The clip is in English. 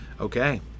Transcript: Okay